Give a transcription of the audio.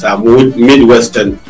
midwestern